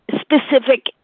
specific